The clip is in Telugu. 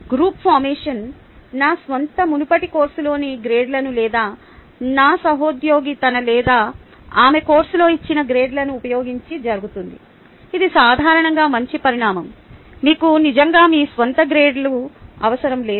గ్రూప్ ఫోర్మేషన్ నా స్వంత మునుపటి కోర్సులోని గ్రేడ్లను లేదా నా సహోద్యోగి తన లేదా ఆమె కోర్సులో ఇచ్చిన గ్రేడ్లను ఉపయోగించి జరుగుతుంది ఇది సాధారణంగా మంచి పరిణామo మీకు నిజంగా మీ స్వంత గ్రేడ్లు అవసరం లేదు